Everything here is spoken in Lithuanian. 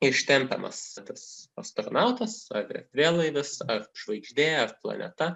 ištempiamas tas astronautas ar erdvėlaivis ar žvaigždė ar planeta